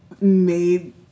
made